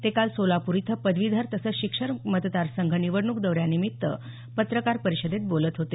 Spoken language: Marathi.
ते काल सोलापूर इथं पदवीधर तसंच शिक्षक मतदार संघ निवडणूक दौऱ्यानिमित्त पत्रकार परिषेदत बोलत होते